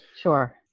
Sure